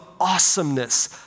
awesomeness